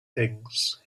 things